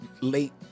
late